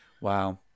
Wow